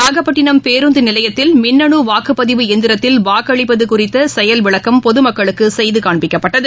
நாகப்பட்டனம் பேருந்துநிலையத்தில் மின்னணுவாக்குப்பதிவு இயந்திரத்தில் வாக்களிப்பதுகுறித்தசெயல்விளக்கம் பொதுமக்களுக்குசெய்துகாண்பிக்கப்பட்டது